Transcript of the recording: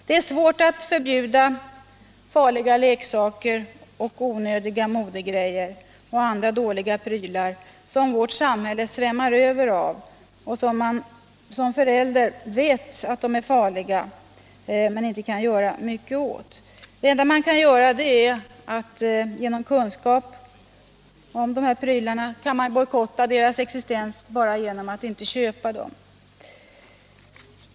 Det är svårt att förbjuda farliga leksaker, onödiga modegrejer och andra dåliga prylar som vårt samhälle svämmar över av. Om man som förälder vet att de är farliga kan man bojkotta deras existens genom att inte köpa dem.